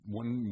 one